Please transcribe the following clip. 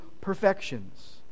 perfections